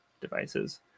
devices